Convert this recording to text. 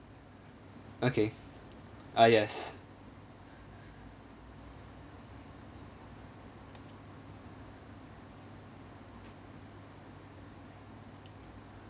okay uh yes